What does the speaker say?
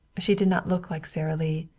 she did not look like sara lee.